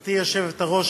גברתי היושבת-ראש,